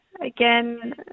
again